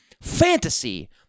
fantasy